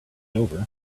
over